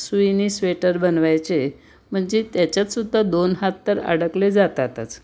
सुईने sweater बनवायचे म्हणजे त्याच्यातसुद्धा दोन हात तर अडकले जातातच